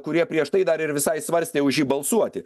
kurie prieš tai dar ir visai svarstė už jį balsuoti